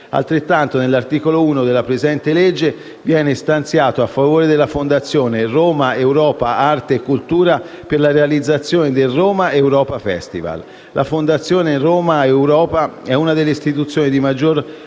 Altrettanto nell'articolo 1 della presente legge, viene stanziato a favore della Fondazione Romaeuropa Arte e Cultura per la realizzazione del Romaeuropa Festival. La Fondazione Romaeuropa è una delle istituzioni di maggior